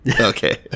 Okay